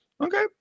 okay